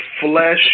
flesh